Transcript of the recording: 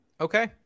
Okay